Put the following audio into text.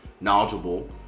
knowledgeable